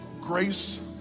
grace